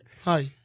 Hi